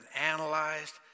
analyzed